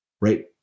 right